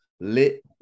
lit